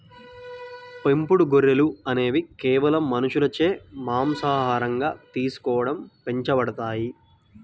పెంపుడు గొర్రెలు అనేవి కేవలం మనుషులచే మాంసాహారంగా తీసుకోవడం పెంచబడతాయి